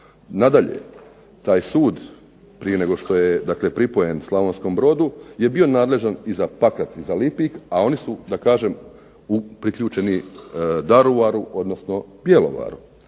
Nadalje, taj sud prije nego što je dakle pripojen Slavonskom Brodu je bio nadležan i za Pakrac i za Lipi, a oni su da kažem priključeni Daruvaru, odnosno Bjelovaru.